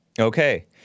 okay